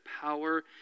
power